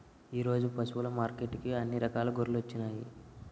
ఈరోజు పశువులు మార్కెట్టుకి అన్ని రకాల గొర్రెలొచ్చినాయ్